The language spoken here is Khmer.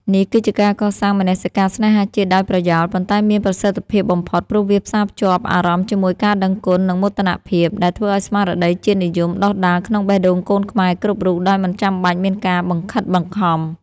នេះគឺជាការកសាងមនសិការស្នេហាជាតិដោយប្រយោល ប៉ុន្តែមានប្រសិទ្ធភាពបំផុត ព្រោះវាផ្សារភ្ជាប់អារម្មណ៍ជាមួយការដឹងគុណ និងមោទនភាព ដែលធ្វើឱ្យស្មារតីជាតិនិយមដុះដាលក្នុងបេះដូងកូនខ្មែរគ្រប់រូបដោយមិនចាំបាច់មានការបង្ខិតបង្ខំ។